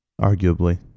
Arguably